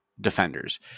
defenders